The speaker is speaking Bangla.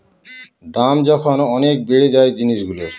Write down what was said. দাম যখন অনেক বেড়ে যায় জিনিসগুলোর